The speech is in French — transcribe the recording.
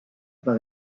par